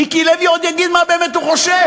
מיקי לוי עוד יגיד מה הוא באמת חושב.